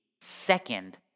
second